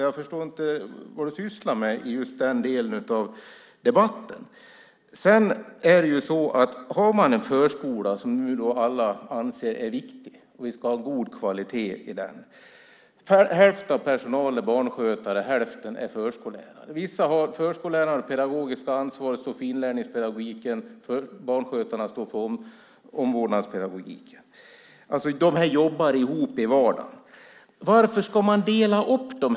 Jag förstår därför inte vad du sysslar med i just den delen av debatten. Alla anser att förskolan är viktig och att den ska ha god kvalitet. Hälften av personalen är barnskötare och hälften är förskollärare. Förskollärarna har det pedagogiska ansvaret och står för inlärningspedagogiken och barnskötarna står för omvårdnadspedagogiken. De jobbar ihop i vardagen. Varför ska man då dela upp dem?